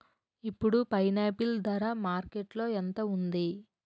ఇప్పుడు పైనాపిల్ ధర మార్కెట్లో ఎంత ఉంది?